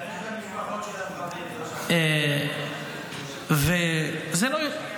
לגרש את המשפחות של המחבלים, זה מה שאנחנו רוצים.